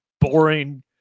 boring